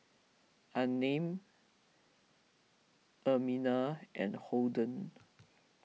Unnamed Ermina and Holden